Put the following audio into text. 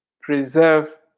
preserve